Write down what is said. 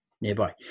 nearby